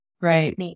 Right